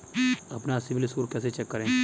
अपना CIBIL score कैसे check करें?